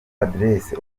adresse